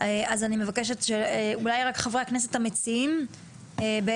אז אני מבקשת שאולי רק חברי הכנסת המציעים בעצם